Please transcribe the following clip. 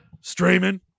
streaming